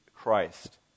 Christ